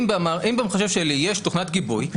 אם במחשב שלי יש תוכנת גיבוי,